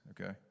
okay